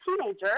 teenager